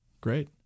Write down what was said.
Great